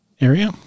area